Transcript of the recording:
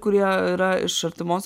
kurie yra iš artimos